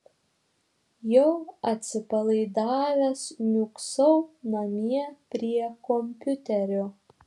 jau atsipalaidavęs niūksau namie prie kompiuterio